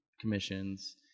commissions